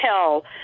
tell